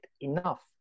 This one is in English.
enough